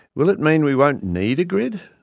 will it mean we won't need a grid?